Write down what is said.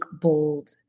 bold